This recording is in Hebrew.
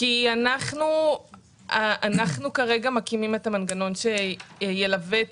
אנחנו כרגע מקימים את המנגנון שילווה את